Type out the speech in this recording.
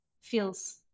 feels